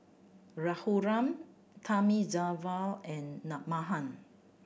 Raghuram Thamizhavel and Mahan